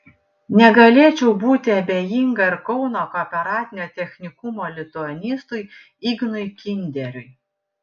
negalėčiau būti abejinga ir kauno kooperatinio technikumo lituanistui ignui kinderiui